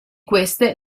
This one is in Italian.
queste